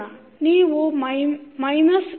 ನೀವು minus a1ys ಎಂದು ಬರೆಯಬಹುದು